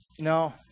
no